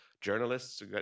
journalists